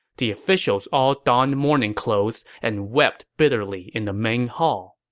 the officials all donned mourning clothes and wept bitterly in the main hall